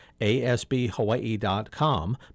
ASBhawaii.com